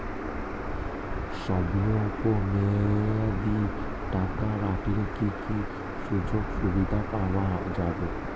স্বল্পমেয়াদী টাকা রাখলে কি কি সুযোগ সুবিধা পাওয়া যাবে?